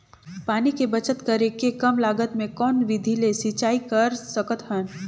पानी के बचत करेके कम लागत मे कौन विधि ले सिंचाई कर सकत हन?